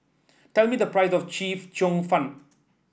tell me the price of chef cheong fun